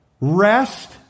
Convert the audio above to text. Rest